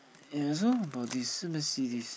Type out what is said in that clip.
ya so about this Mercedes